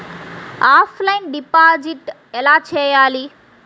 Offline deposit ఎలా చేయాలి?